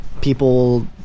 people